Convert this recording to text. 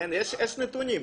יש נתונים,